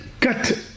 cut